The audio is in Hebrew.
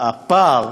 הפער